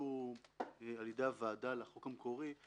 שנכנסו על ידי הוועדה לחוק המקורי.